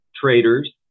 traders